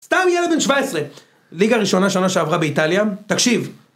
סתם ילד בן 17. ליגה ראשונה שנה שעברה באיטליה, תקשיב.